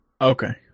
Okay